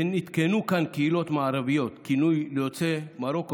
ונתכנו כאן קהילות מערביות כינוי ליוצאי מרוקו,